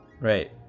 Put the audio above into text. Right